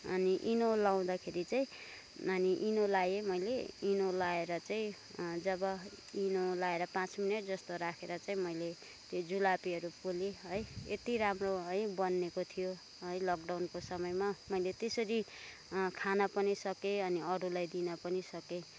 अनि इनो लाउँदाखेरि चाहिँ अनि इनो लाएँ मैले इनो लाएर चाहिँ जब इनो लाएर पाँच मिनट जस्तो राखेर चाहिँ मैले त्यो जुलपीहरू पोलेँ है यति राम्रो है बनिएको थियो है लकडाउनको समयमा मैले त्यसरी खान पनि सकेँ अनि अरूलाई दिन पनि सकेँ